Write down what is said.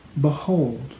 Behold